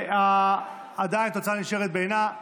עדיין, התוצאה נשארת בעינה.